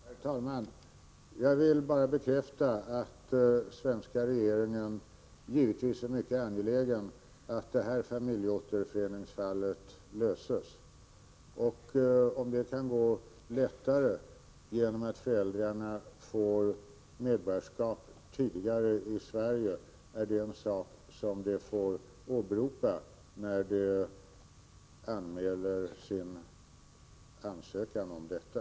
Herr talman! Jag vill bara bekräfta att den svenska regeringen givetvis är mycket angelägen om att detta familjeåterföreningsfall löses. Om det kan gå lättare genom att föräldrarna får medborgarskap i Sverige tidigare, är det något som de får åberopa när de anmäler sin ansökan om detta.